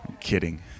kidding